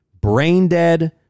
brain-dead